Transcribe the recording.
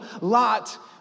Lot